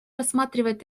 рассматривать